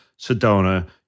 Sedona